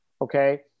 Okay